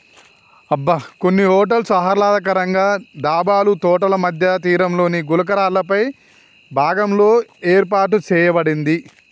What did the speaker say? అబ్బ కొన్ని హోటల్స్ ఆహ్లాదకరంగా డాబాలు తోటల మధ్య తీరంలోని గులకరాళ్ళపై భాగంలో ఏర్పాటు సేయబడింది